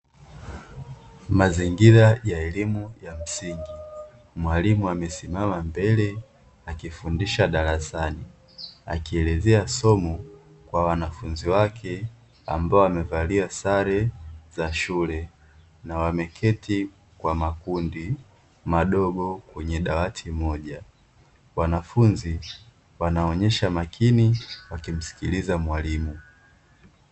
Mazingira ya shule ya msingi, mwalimu amesimama mbele akifundisha darasani akielezea somo kwa wanafunzi wake, ambao wamevalia sare za shule; wameketi kwa makundi madogo kwenye dawati moja wanafunzi wanaonyesha makini wakimsikiliza mwalimu.